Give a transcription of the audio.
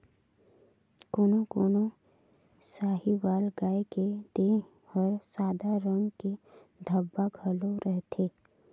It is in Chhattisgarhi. कोनो कोनो साहीवाल गाय के देह हर सादा रंग के धब्बा घलो रहथे